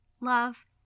love